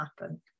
happen